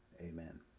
Amen